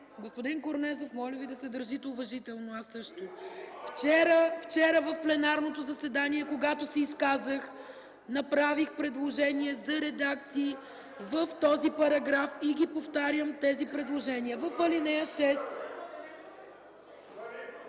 Господин Корнезов, моля Ви да се държите уважително! Вчера в пленарното заседание, когато се изказах, направих предложения за редакции в този параграф. Повтарям тези предложения. ЛЮБЕН